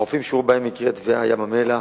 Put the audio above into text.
2. החופים שהיו בהם מקרי טביעה: ים-המלח,